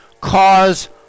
cause